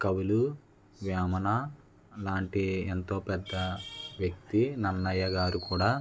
కవులు వేమన లాంటి ఎంతో పెద్ద వ్యక్తి నన్నయ్య గారు కూడా